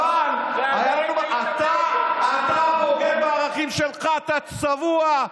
בן אדם שבקושי עבר את האחוז ורימה את כל הציבור וסחט את השמאל,